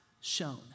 shown